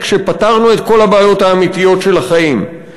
כשפתרנו את כל הבעיות האמיתיות של החיים,